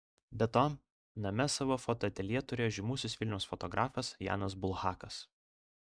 be to name savo fotoateljė turėjo žymusis vilniaus fotografas janas bulhakas